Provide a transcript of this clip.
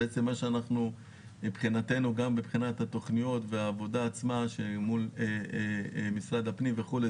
בעצם מבחינתנו וגם מבחינת התכניות והעבודה עצמה שמול משרד הפנים וכולי,